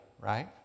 right